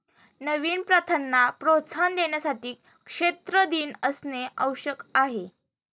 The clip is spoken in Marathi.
नवीन प्रथांना प्रोत्साहन देण्यासाठी क्षेत्र दिन असणे आवश्यक आहे